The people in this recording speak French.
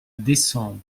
décembre